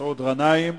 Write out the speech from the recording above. מסעוד גנאים.